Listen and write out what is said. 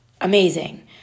amazing